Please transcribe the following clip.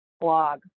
blog